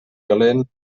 calent